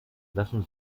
lassen